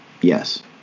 Yes